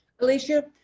Alicia